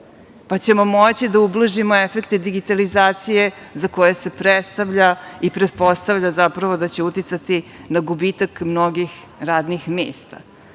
pa ćemo moći da ublažimo efekte digitalizacije za koje se predstavlja i pretpostavlja zapravo da će uticati na gubitak mnogih radnih